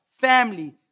family